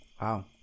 Wow